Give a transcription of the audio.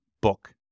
book